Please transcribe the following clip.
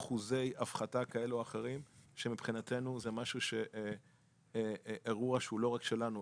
אחוזי הפחתה כאלה או אחרים שמבחינתנו זה אירוע שהוא לא רק שלנו,